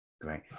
Great